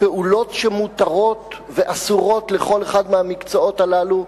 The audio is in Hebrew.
הפעולות שמותרות ואסורות לכל אחד מבעלי המקצועות הללו,